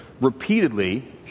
Repeatedly